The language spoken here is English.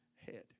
head